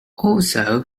also